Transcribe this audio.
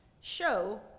show